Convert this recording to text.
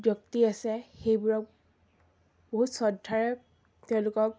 ব্যক্তি আছে সেইবোৰক বহুত শ্ৰদ্ধাৰে তেওঁলোকক